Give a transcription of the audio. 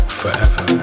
forever